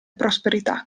prosperità